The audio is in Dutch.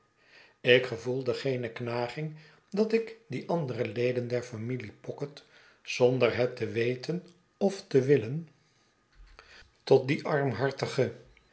ik gevoelde geene knaging dat ik die andere leden der famine pocket zonder het te weten of te willen tot die armhartige